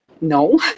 no